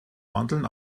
mandeln